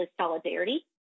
solidarity